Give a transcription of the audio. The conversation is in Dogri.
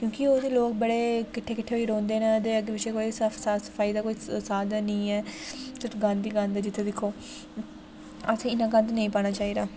क्योंकि उ'त्थें लोक बड़े किट्ठे किट्ठे होइयै रौहंदे न ते अग्गें पिच्छें कोई साफ सफाई दा कोई साधन निं ऐ सिर्फ गन्द ई गन्द जि'त्थें दिक्खो असें इ'न्ना गन्द नेईं पाना चाहिदा